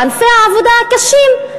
בענפי העבודה הקשים,